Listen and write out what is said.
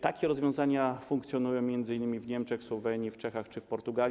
Takie rozwiązania funkcjonują m.in. w Niemczech, na Słowenii, w Czechach czy w Portugalii.